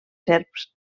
serps